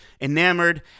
enamored